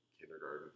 kindergarten